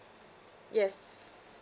yes